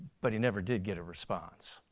but he never did get a response.